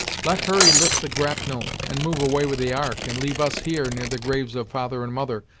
let hurry lift the grapnel and move away with the ark, and leave us here, near the graves of father and mother,